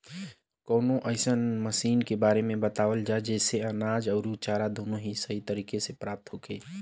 कवनो अइसन मशीन के बारे में बतावल जा जेसे अनाज अउर चारा दोनों सही तरह से प्राप्त होखे?